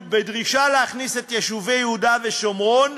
בדרישה להכניס את יישובי יהודה ושומרון,